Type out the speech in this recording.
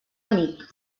amic